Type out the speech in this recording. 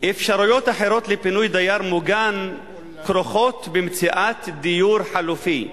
אפשרויות אחרות לפינוי דייר מוגן כרוכות במציאת דיור חלופי,